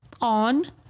on